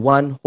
One